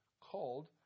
called